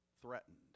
threatened